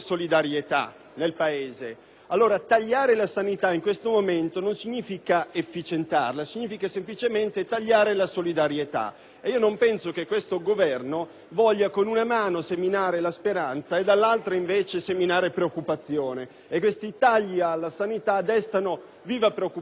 nel Paese. Tagliare la sanità in questo momento non significa renderla più efficiente, ma semplicemente tagliare la solidarietà, e non penso che questo Governo voglia con una mano seminare speranza e con l'altra preoccupazione. Questi tagli alla sanità destano viva preoccupazione.